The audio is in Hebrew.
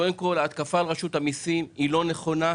קודם כול ההתקפה על רשות המיסים היא לא נכונה,